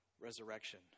resurrection